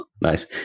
Nice